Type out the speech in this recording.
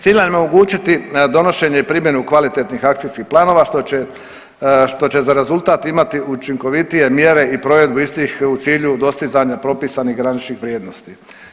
Cilj nam je omogućiti donošenje i primjenu kvalitetnih akcijskih planova što će, što će za rezultat imati učinkovitije mjere i provedbu istih u cilju dostizanja propisanih graničnih vrijednosti.